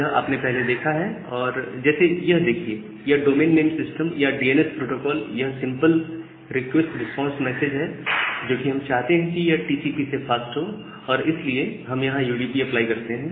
यह आपने पहले देखा है जैसे यह देखिए यह डोमेन नेम सिस्टम या डीएनएस प्रोटोकॉल यह सिंपल रिक्वेस्ट रिस्पांस मैसेज है जो कि हम चाहते हैं कि यह टीसीपी से फास्ट हो और इसलिए हम यहां यूडीपी अप्लाई करते हैं